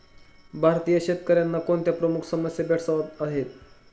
भारतीय शेतकऱ्यांना कोणत्या प्रमुख समस्या भेडसावत आहेत?